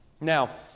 Now